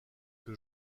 que